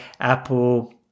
Apple